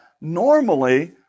normally